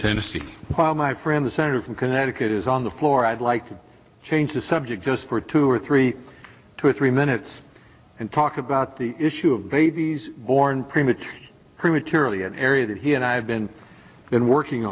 tennessee my friend the senator from connecticut is on the floor i'd like to change the subject just for two or three two or three minutes and talk about the issue of babies born premature prematurely an area that he and i have been in working